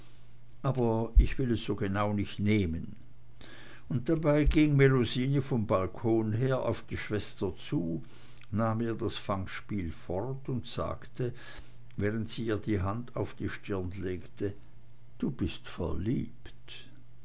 aber ich will es so genau nicht nehmen und dabei ging melusine vom balkon her auf die schwester zu nahm ihr das fangspiel fort und sagte während sie ihr die hand auf die stirn legte du bist verliebt